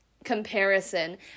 comparison